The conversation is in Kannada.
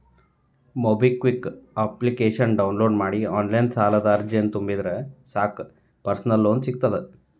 ಮೊಬೈಕ್ವಿಕ್ ಅಪ್ಲಿಕೇಶನ ಡೌನ್ಲೋಡ್ ಮಾಡಿ ಆನ್ಲೈನ್ ಸಾಲದ ಅರ್ಜಿನ ತುಂಬಿದ್ರ ಸಾಕ್ ಪರ್ಸನಲ್ ಲೋನ್ ಸಿಗತ್ತ